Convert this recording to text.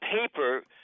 paper